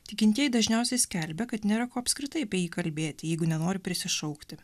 tikintieji dažniausiai skelbia kad nėra ko apskritai apie jį kalbėti jeigu nenori prisišaukti